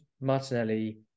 Martinelli